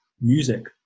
music